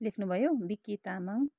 लेख्नु भयो बिक्की तामाङ